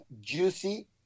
Juicy